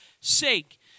sake